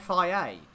FIA